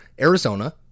Arizona